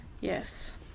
yes